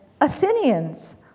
Athenians